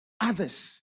Others